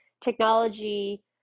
technology